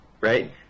right